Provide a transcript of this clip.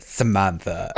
Samantha